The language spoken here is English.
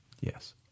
Yes